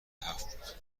هفت